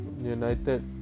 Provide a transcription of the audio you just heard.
United